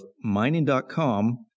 mining.com